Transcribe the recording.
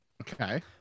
Okay